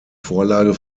vorlage